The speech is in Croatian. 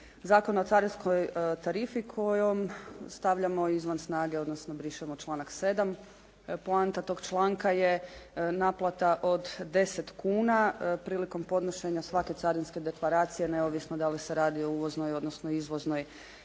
Zakona o carinskoj tarifi kojom stavljamo izvan snage, odnosno brišemo članak 7. Poanta tog članka je naplata od 10 kuna prilikom podnošenja svake carinske deklaracije neovisno da li se radi o uvoznoj, odnosno izvoznoj